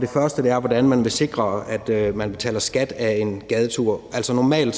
det første er, hvordan man vil sikre, at man betaler skat af en gadetur. Normalt